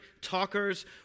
talkers